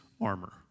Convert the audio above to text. armor